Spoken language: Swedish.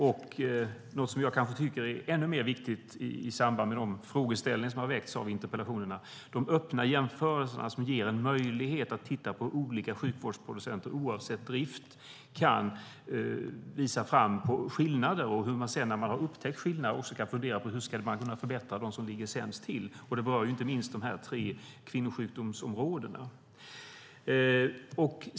Sedan är det något som jag kanske tycker är ännu mer viktigt i samband med de frågeställningar som har väckts i interpellationerna, nämligen de öppna jämförelser som ger möjlighet att titta på olika sjukvårdsproducenter oavsett drift, som kan visa på skillnader och hur man när man har upptäckt skillnader kan fundera på hur man skulle kunna förbättra dem som ligger sämst till. Det berör inte minst de här tre kvinnosjukdomsområdena.